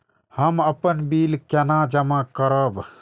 हम अपन बिल केना जमा करब?